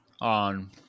on